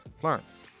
Florence